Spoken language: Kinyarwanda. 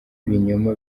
ibinyoma